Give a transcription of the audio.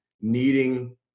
needing